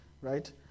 right